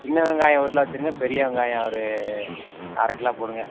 சின்ன வெங்காயம் ஒரு கிலோ வைச்சுருங்க பெரிய வெங்காயம் ஒரு அரைக் கிலோ போடுங்கள்